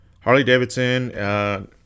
Harley-Davidson